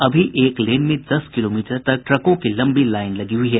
अभी एक लेन में दस किलोमीटर तक ट्रकों की लंबी लाईन लगी हुयी है